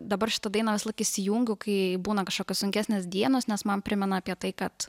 dabar šitą dainą visąlaik įsijungiu kai būna kažkokios sunkesnės dienos nes man primena apie tai kad